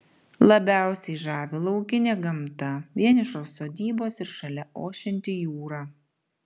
labiausiai žavi laukinė gamta vienišos sodybos ir šalia ošianti jūra